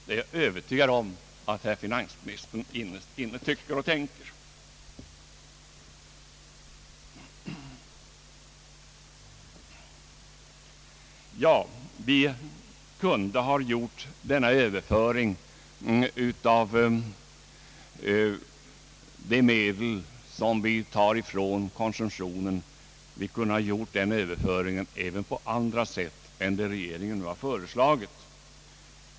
Jag är övertygad om att finansministern innerst inne tycker så. Denna överföring av de medel som vi tar från konsumtionen kunde vi gjort även på andra sätt än det regeringen nu föreslagit.